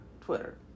twitter